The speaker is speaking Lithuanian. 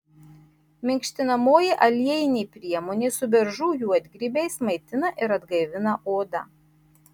minkštinamoji aliejinė priemonė su beržų juodgrybiais maitina ir atgaivina odą